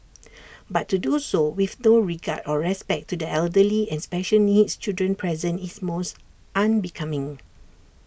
but to do so with no regard or respect to the elderly and special needs children present is most unbecoming